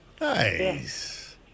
Nice